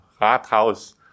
Rathaus